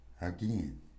again